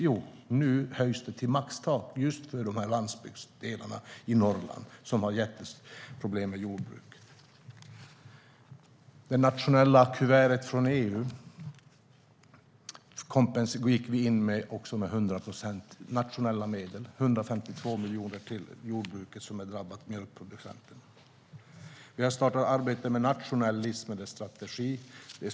Jo, det höjs till maxtaket för just landsbygdsdelarna i Norrland, som har jätteproblem med jordbruket. Vad gäller det nationella kuvertet från EU gick vi in med 100 procent nationella medel, 152 miljoner till jordbruket som är drabbat, till mjölkproducenterna. Vi har startat ett arbete med en nationell livsmedelsstrategi.